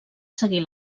seguir